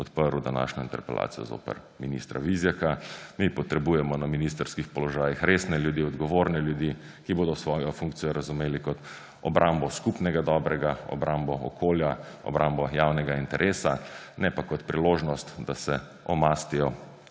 podprl današnjo interpelacijo zoper ministra Vizjaka. Mi potrebujemo na ministrskih položajih resne ljudi, odgovorne ljudi, ki bodo svojo funkcijo razumeli kot obrambo skupnega dobrega, obrambo okolja, obrambo javnega interesa, ne pa kot priložnost, da se omastijo